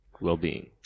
well-being